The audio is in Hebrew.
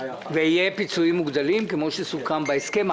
יהיו פיצויים מוגדלים כמו שסוכם בהסכם?